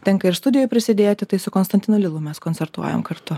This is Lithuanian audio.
tenka ir studijoj prisidėti tai su konstantinu lilu mes koncertuojam kartu